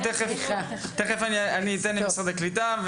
תכף אני אתן למשרד הקליטה לדבר.